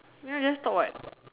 you know just talk what